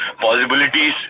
possibilities